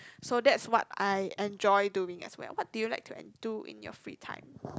so that's what I enjoy doing as well what do you like to do in your free time